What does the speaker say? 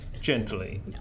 gently